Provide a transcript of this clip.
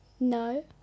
no